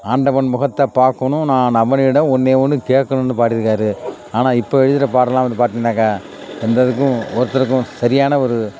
ஆண்டவன் முகத்தை பார்க்கணும் நான் அவனிடம் ஒன்றே ஒன்று கேட்கணும்ன்னு பாடியிருக்கார் ஆனால் இப்போ எழுதியிருக்க பாடலெல்லாம் வந்து பார்த்தீங்கன்னாக்கா எந்த இதுக்கும் ஒருத்தருக்கும் சரியான ஒரு